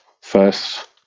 first